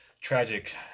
tragic